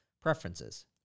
preferences